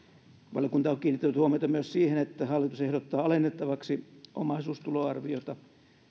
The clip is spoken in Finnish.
valiokunta on kiinnittänyt huomiota myös siihen että hallitus ehdottaa alennettavaksi omaisuustuloarviota